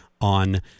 on